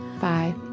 five